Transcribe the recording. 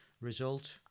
result